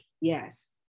Yes